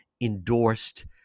endorsed